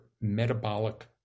metabolic